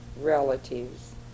relatives